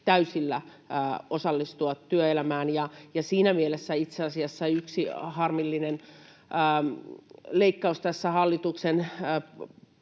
täysillä osallistumaan työelämään. Ja siinä mielessä itse asiassa yksi harmillinen leikkaus tässä hallituksen